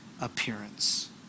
appearance